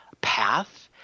path